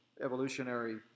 evolutionary